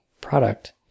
product